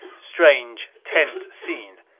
strange, tense scene.